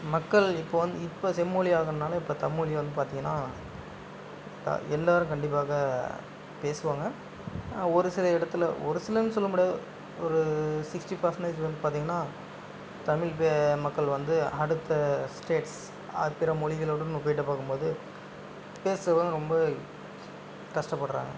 மக்கள் இப்போது வந்து இப்போ செம்மொழி ஆக்கினனால இப்போ தமிழ் மொழி வந்து பார்த்திங்கன்னா எல்லோரும் கண்டிப்பாக பேசுவாங்க ஒரு சில இடத்துல ஒரு சிலர்னு சொல்ல முடியாது ஒரு சிக்ஸ்ட்டி பர்சன்டேஜ் வந்து பார்த்திங்கன்னா தமிழ் மக்கள் வந்து அடுத்த ஸ்டேட்ஸ் பிற மொழிகளுடன் ஒப்பிட்டு பார்க்கும்போது பேசலாம் ரொம்ப கஷ்டப்படுறாங்க